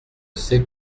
c’est